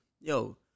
yo